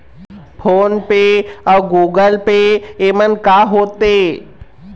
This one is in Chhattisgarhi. फ़ोन पे अउ गूगल पे येमन का होते?